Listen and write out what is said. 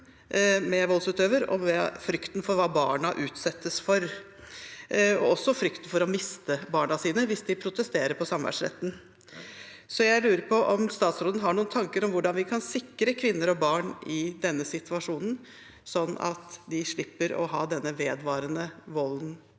med voldsutøver og ved frykten for hva barna utsettes for – også frykten for å miste barna sine hvis de protesterer på samværsretten. Jeg lurer på om statsråden har noen tanker om hvordan vi kan sikre kvinner og barn i denne situasjonen, slik at de slipper å forholde seg til denne vedvarende volden.